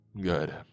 Good